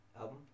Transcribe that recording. album